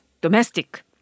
domestic